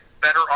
better